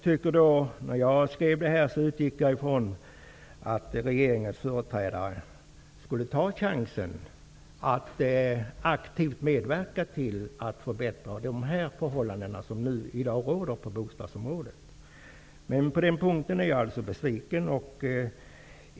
När jag skrev min fråga utgick jag från att regeringens företrädare skulle ta chansen att aktivt medverka till att förbättra de förhållanden som i dag råder på bostadsområdet. På den punkten är jag besviken.